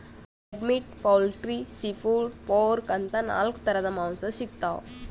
red meat, poultry, seafood, pork ಅಂತಾ ನಾಲ್ಕ್ ಥರದ್ ಮಾಂಸಾ ಸಿಗ್ತವ್